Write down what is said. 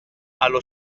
allo